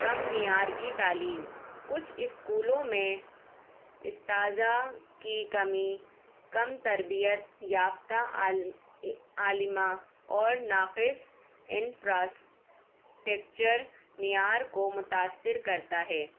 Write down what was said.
کم معیار کی تعلیم کچھ اسکولوں میں اساتذہ کی کمی کم تربیت یافتہ عالمہ اور ناقص انفراسٹیکچر معیار کو متاثر کرتا ہے